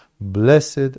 Blessed